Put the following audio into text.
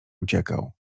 uciekał